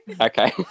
okay